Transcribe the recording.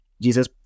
Jesus